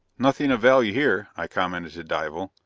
nothing of value here, i commented to dival.